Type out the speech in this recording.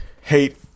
hate